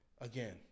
Again